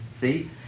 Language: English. see